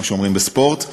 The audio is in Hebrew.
כמו שאומרים בספורט.